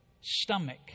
stomach